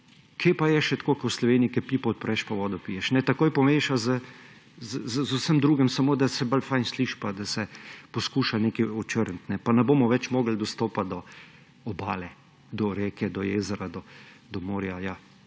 Kje pa je še tako kot v Sloveniji, ko pipo odpreš pa vodo piješ? Takoj pomeša z vsem drugim, samo da se bolj fino sliši pa da se poskuša nekaj očrniti. Pa ne bomo več mogli dostopati do obale, do reke, do jezera, do morja.